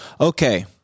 Okay